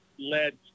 led